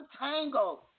untangle